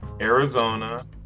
arizona